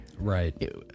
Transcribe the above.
Right